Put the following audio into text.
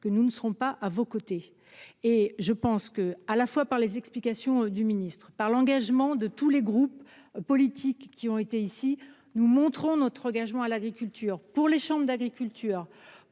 que nous ne serons pas à vos côtés et je pense que, à la fois par les explications du ministre par l'engagement de tous les groupes politiques qui ont été ici nous montrons notre engagement à l'agriculture pour les chambres d'agriculture